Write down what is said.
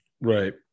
Right